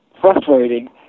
frustrating